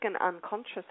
unconscious